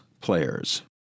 players